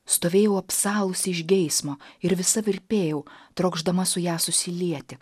stovėjau apsalusi iš geismo ir visa virpėjau trokšdama su ja susilieti